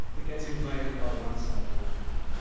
it gets invaded by one side or another.